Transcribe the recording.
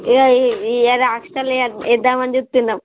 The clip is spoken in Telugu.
ఏ ఏ ఈ ఏడు హాస్టల్లో ఏ వేద్దామని చూస్తున్నాము